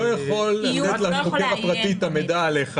יכול לתת לחוקר הפרטי את המידע עליך.